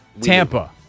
Tampa